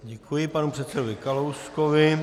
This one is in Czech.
Děkuji panu předsedovi Kalouskovi.